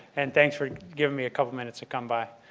and thanks for giving me a couple of minutes to come by.